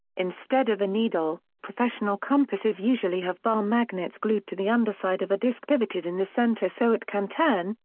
instead of a needle, professional compasses usually have bar magnets glued to the underside of a disk pivoted in the center so it can turn,